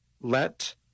let